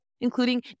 including